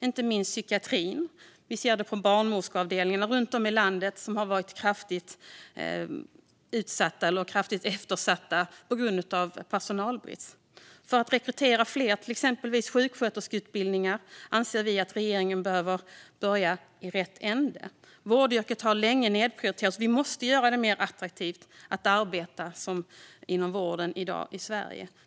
Inte minst har psykiatrin och barnmorskeavdelningar runt om i landet varit kraftigt eftersatta på grund av personalbrist. För att rekrytera fler till exempelvis sjuksköterskeutbildningen anser vi att regeringen behöver börja i rätt ände. Vårdyrket har länge nedprioriterats, och vi måste göra det mer attraktivt att arbeta inom vården i Sverige.